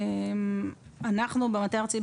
במטה הארצי,